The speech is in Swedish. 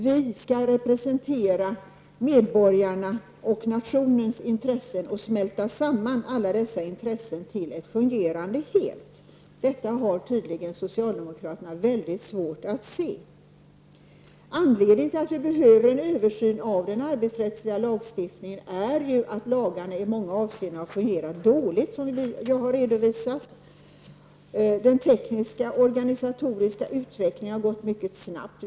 Vi skall representera medborgarnas och nationens intressen och smälta samman alla dessa till en fungerande helhet. Detta har tydligen socialdemokraterna väldigt svårt att förstå! Anledningen till att vi behöver en översyn av den arbetsrättsliga lagstiftningen är ju att lagarna i många avseenden fungerar dåligt, vilket jag har redovisat. Den tekniska och organisatoriska utvecklingen har gått mycket snabbt.